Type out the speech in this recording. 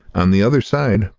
on the other side,